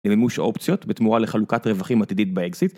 למימוש אופציות בתמורה לחלוקת רווחים עתידית באקסיט.